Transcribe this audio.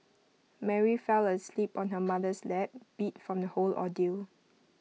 Mary fell asleep on her mother's lap beat from the whole ordeal